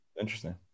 interesting